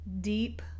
deep